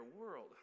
world